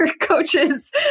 coaches